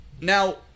Now